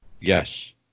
Yes